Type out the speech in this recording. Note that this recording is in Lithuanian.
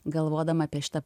galvodama apie šitą